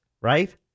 right